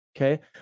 Okay